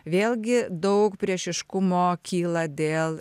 vėlgi daug priešiškumo kyla dėl